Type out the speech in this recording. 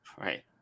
Right